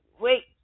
wait